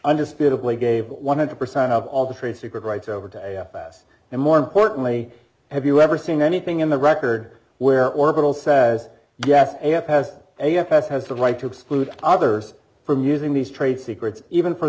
undisputedly gave one hundred percent of all the trade secret rights over to us and more importantly have you ever seen anything in the record where orbital says yes you have has a fs has the right to exclude others from using these trade secrets even for